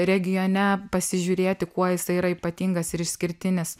regione pasižiūrėti kuo jisai yra ypatingas ir išskirtinis